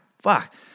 fuck